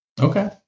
Okay